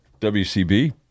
WCB